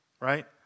right